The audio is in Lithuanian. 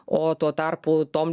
o tuo tarpu tom